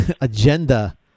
agenda